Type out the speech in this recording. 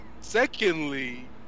Secondly